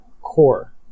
core